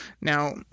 Now